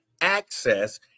access